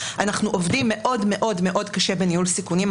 אנחנו עובדים מאוד מאוד קשה בניהול סיכונים.